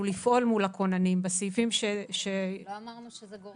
לפעול מול הכוננים בסעיפים -- לא אמרנו שזה גורע.